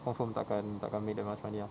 confirm tak akan tak akan make that much money ah